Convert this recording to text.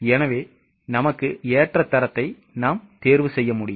எனவே நமக்கு ஏற்ற தரத்தை நாம் தேர்வு செய்யலாம்